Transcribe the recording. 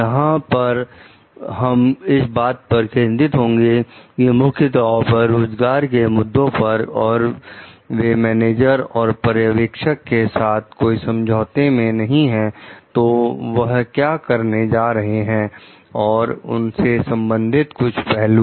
यहां पर हम इस बात पर केंद्रित होंगे कि मुख्य तौर पर रोजगार के मुद्दे पर और वे मैनेजर और पर्यवेक्षक के साथ कोई समझौते में नहीं है तो वह क्या करने जा रहे हैं और उससे संबंधित कुछ पहलू